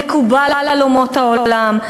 מקובל על אומות העולם,